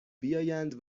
بیایند